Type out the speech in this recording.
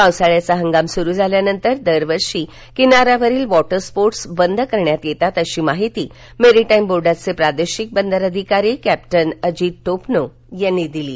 पावसाळ्याचा हंगाम सुरू झाल्यानंतर दरवर्षी किनाऱ्यावरील वॉटर स्पोर्ट बंद करण्यात येतात अशी माहिती मेरिटाईम बोर्डाचे प्रादेशिक बंदर अधिकारी कॅप्टन अजित टोपनो यांनी दिली आहे